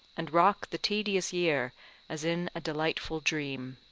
and rock the tedious year as in a delightful dream.